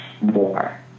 more